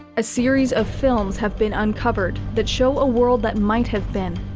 a series of films have been uncovered that show a world that might have been,